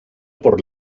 por